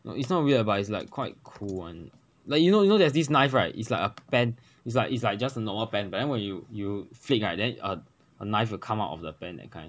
no it's not weird but it's like quite cool one like you know you know there's this knife right it's like a pen it's like it's like just a normal pen but then when you you flick right then uh a knife will come out of the pen that kind